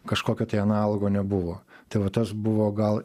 kažkokio tai analogo nebuvo tai vat tas buvo gal